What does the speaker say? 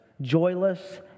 joyless